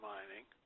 Mining